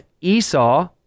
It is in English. Esau